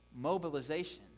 Mobilization